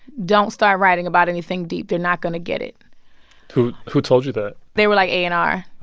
don't start writing about anything deep. they're not going to get it who who told you that? they were, like, a and r,